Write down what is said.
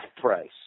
Price